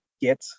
get